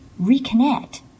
reconnect